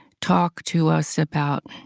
talk to us about